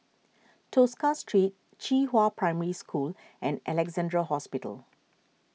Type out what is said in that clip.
Tosca Street Qihua Primary School and Alexandra Hospital